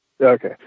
Okay